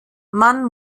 man